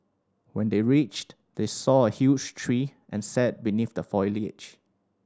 when they reached they saw a huge tree and sat beneath the foliage